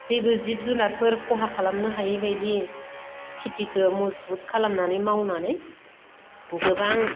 जेबो जिब जुनारफोर खहा खालामनो हायिबायदि खेथिखौ मजबुट खालामनानै मावनानै गोबां